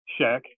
Shaq